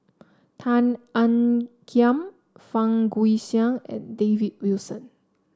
Tan Ean Kiam Fang Guixiang and David Wilson